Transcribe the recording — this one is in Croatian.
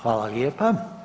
Hvala lijepa.